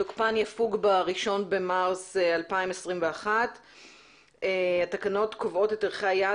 תוקפן יפוג ב-1 במארס 2021. התקנות קובעות את ערכי היעד,